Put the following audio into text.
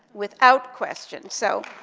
without question, so